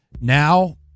now